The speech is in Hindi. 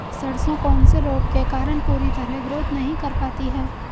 सरसों कौन से रोग के कारण पूरी तरह ग्रोथ नहीं कर पाती है?